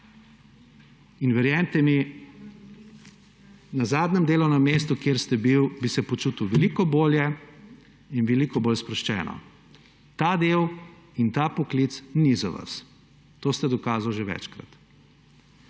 Verjemite mi, na zadnjem delovnem mestu, kjer ste bili, bi se počutili veliko bolje in veliko bolj sproščeno. To delo in ta poklic ni za vas, to ste dokazali že večkrat.